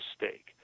mistake